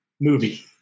movie